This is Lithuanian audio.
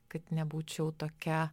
kad nebūčiau tokia